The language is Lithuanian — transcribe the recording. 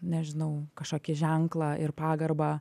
nežinau kažkokį ženklą ir pagarbą